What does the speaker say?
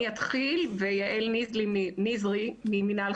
אני אתחיל ויעל נזרי ממינהל,